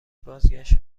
بازگشت